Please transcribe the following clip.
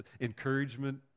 encouragement